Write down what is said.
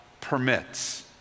permits